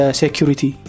security